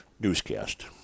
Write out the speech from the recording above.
newscast